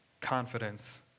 confidence